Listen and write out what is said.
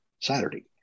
Saturday